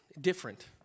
different